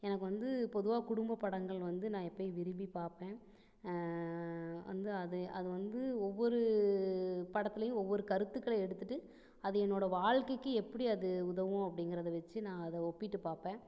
எனக்கு வந்து பொதுவாக குடும்ப படங்கள் வந்து நான் எப்பையும் விரும்பி பார்ப்பேன் வந்து அது அது வந்து ஒவ்வொரு படத்துலியும் ஒவ்வொரு கருத்துக்களை எடுத்துட்டு அது என்னோட வாழ்க்கைக்கு எப்படி அது உதவும் அப்படிங்கிறது வச்சி நான் அதை ஒப்பிட்டு பார்ப்பேன்